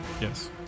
Yes